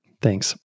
Thanks